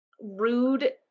rude